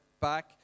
back